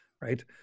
right